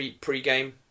pre-game